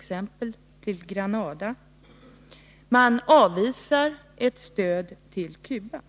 stöd till Grenada och ett stöd till Cuba.